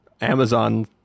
amazon